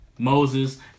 Moses